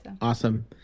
Awesome